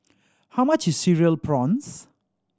how much is Cereal Prawns